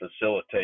facilitate